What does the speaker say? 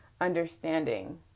understanding